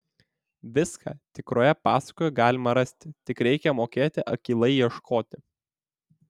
viską tikroje pasakoje galima rasti tik reikia mokėti akylai ieškoti